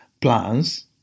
plans